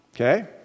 Okay